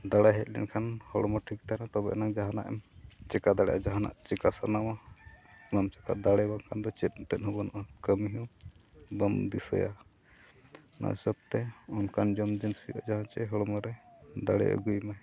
ᱫᱟᱲᱮ ᱦᱮᱡ ᱞᱮᱱᱠᱷᱟᱱ ᱦᱚᱲᱢᱚ ᱴᱷᱤᱠ ᱛᱟᱦᱮᱱᱟ ᱛᱚᱵᱮ ᱮᱱᱟᱝ ᱡᱟᱦᱟᱱᱟᱜ ᱮᱢ ᱪᱤᱠᱟᱹ ᱫᱟᱲᱮᱭᱟᱜᱼᱟ ᱡᱟᱦᱟᱱᱟᱜ ᱪᱤᱠᱟᱹ ᱥᱟᱱᱟᱣᱟ ᱚᱱᱟᱢ ᱪᱤᱠᱟᱹ ᱫᱟᱲᱮ ᱵᱟᱝᱠᱷᱟᱱ ᱫᱚ ᱪᱮᱫ ᱱᱤᱛ ᱦᱚᱸ ᱵᱟᱹᱱᱩᱜᱼᱟ ᱠᱟᱹᱢᱤᱦᱚᱸ ᱵᱟᱢ ᱫᱤᱥᱟᱹᱭᱟ ᱚᱱᱟ ᱦᱤᱥᱟᱹᱵᱛᱮ ᱚᱱᱠᱟᱱ ᱡᱚᱢ ᱡᱤᱱᱤᱥ ᱡᱟᱦᱟᱸ ᱪᱮᱫ ᱦᱚᱲᱢᱚ ᱨᱮ ᱫᱟᱲᱮ ᱟᱹᱜᱩᱭ ᱢᱮ